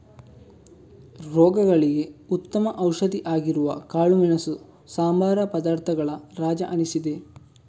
ರೋಗಗಳಿಗೆ ಉತ್ತಮ ಔಷಧಿ ಆಗಿರುವ ಕಾಳುಮೆಣಸು ಸಂಬಾರ ಪದಾರ್ಥಗಳ ರಾಜ ಅನಿಸಿದೆ